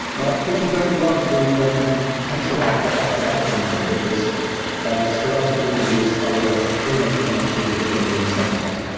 now people don't rub the um pencil marker off the back anymore, because the sperati forgeries are worth almost as much as the genuine stamps.